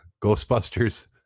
Ghostbusters